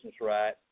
right